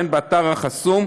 וכן באתר החסום,